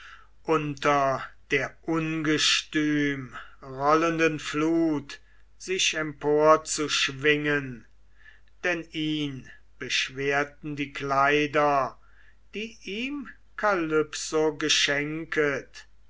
unter der ungestüm rollenden flut sich empor zu schwingen denn ihn beschwerten die kleider die ihm kalypso geschenket